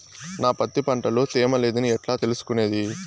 నా పత్తి పంట లో తేమ లేదని ఎట్లా తెలుసుకునేది?